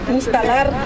instalar